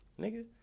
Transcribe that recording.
nigga